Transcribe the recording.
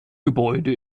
gebäude